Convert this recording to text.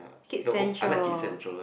Kids Central